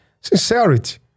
sincerity